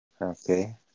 Okay